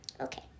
Okay